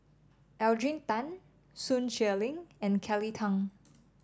Adrian Tan Sun Xueling and Kelly Tang